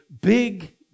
big